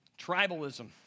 Tribalism